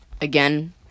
again